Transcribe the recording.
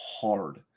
hard